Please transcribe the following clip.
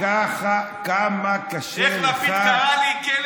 איך לפיד קרא לי?